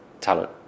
talent